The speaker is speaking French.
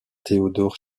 theodore